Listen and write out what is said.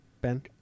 Ben